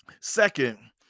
Second